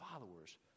followers